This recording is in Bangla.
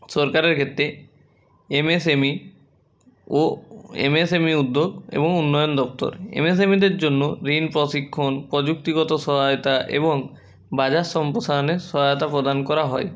সরকারের ক্ষেত্রে এমএসএমই ও এমএসএমই উদ্যোগ এবং উন্নয়ন দপ্তর এমএসএমইদের জন্য ঋণ প্রশিক্ষণ প্রযুক্তিগত সহায়তা এবং বাজার সম্প্রসারণের সহায়তা প্রদান করা হয়